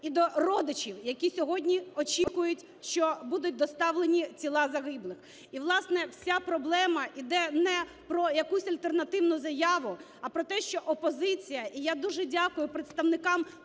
і до родичів, які сьогодні очікують, що будуть доставлені тіла загиблих. І, власне, вся проблема іде не про якусь альтернативну заяву, а про те, що опозиція (і я дуже дякую представникам